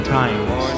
times